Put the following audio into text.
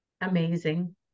Amazing